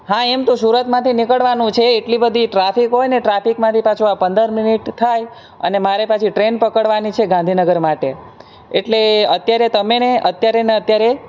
હા એમ તો સુરતમાંથી નીકળવાનું છે એટલી બધી ટ્રાફિક હોય ને ટ્રાફિકમાંથી પાછું આ પંદર મિનિટ થાય અને મારે પછી ટ્રેન પકડવાની છે ગાંધીનગર માટે એટલે એ અત્યારે તમે ને અત્યારે ને અત્યારે